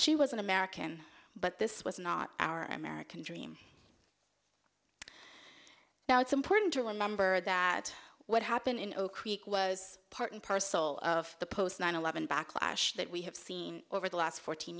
she was an american but this was not our american dream now it's important to remember that what happened in oak creek was part and parcel of the post nine eleven backlash that we have seen over the last fourteen